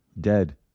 Dead